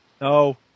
No